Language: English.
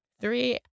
three